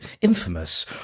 infamous